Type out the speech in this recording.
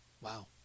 Wow